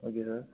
okay sir